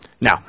Now